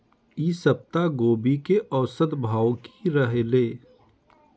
ई सप्ताह गोभी के औसत भाव की रहले?